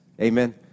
amen